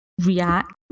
react